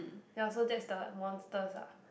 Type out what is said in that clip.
ya so that's the monsters ah